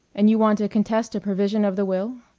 and you want to contest a provision of the will?